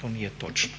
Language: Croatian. To nije točno.